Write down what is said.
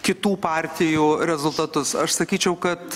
kitų partijų rezultatus aš sakyčiau kad